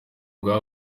uguha